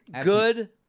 good